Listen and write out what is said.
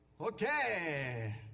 okay